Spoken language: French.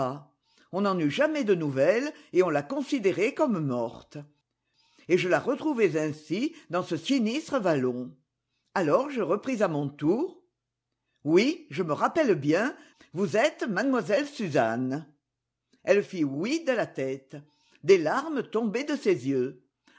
on n'en eut jamais de nouvelles et on la considérait comme morte et je la retrouvais ainsi dans ce sinistre vallon alors je repris à mon tour oui je me rappelle bien vous êtes mademoiselle suzanne elle fit oui de la tête des larmes tombaient de ses yeux